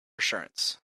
assurance